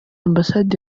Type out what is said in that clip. ambasade